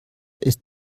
ist